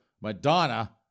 Madonna